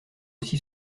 aussi